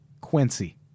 Quincy